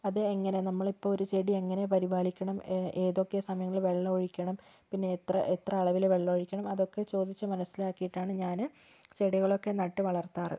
അത് എങ്ങനെ നമ്മളിപ്പോൾ ഒരു ചെടി എങ്ങനെ പരിപാലിക്കണം ഏതൊക്കെ സമയങ്ങളിൽ വെള്ളം ഒഴിക്കണം പിന്നെ എത്ര എത്ര അളവിൽ വെള്ളം ഒഴിക്കണം അതൊക്കെ ചോദിച്ച് മനസ്സിലാക്കിയിട്ടാണ് ഞാൻ ചെടികളൊക്കെ നട്ട് വളർത്താറ്